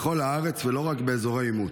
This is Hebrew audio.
בכל הארץ, ולא רק באזורי עימות.